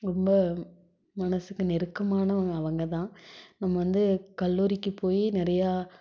ரொம்ப மனதுக்கு நெருக்கமானவங்க அவங்கதான் நம்ம வந்து கல்லூரிக்கு போய் நிறையா